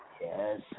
Yes